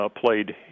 played